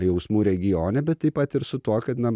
jausmu regione bet taip pat ir su tuo kad na